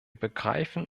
begreifen